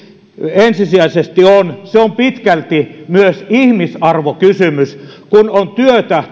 ensisijaisesti on se on pitkälti myös ihmisarvokysymys kun on työtä